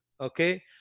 Okay